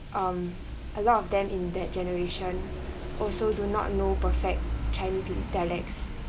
um a lot of them in that generation also do not know perfect chinese dialects